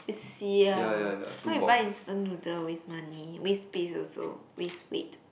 you siao why you buy instant noodle waste money waste space also waste weight